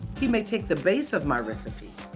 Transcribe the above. he may take the base of my recipe,